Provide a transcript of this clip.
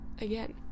again